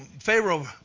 Pharaoh